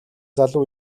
залуу